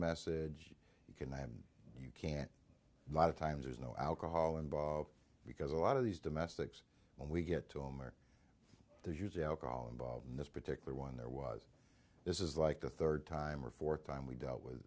message you can and you can't lot of times there's no alcohol involved because a lot of these domestics when we get to home are there's huge alcohol involved in this particular one there was this is like the third time or fourth time we dealt with